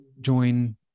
join